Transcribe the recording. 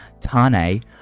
Tane